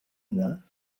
yna